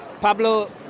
Pablo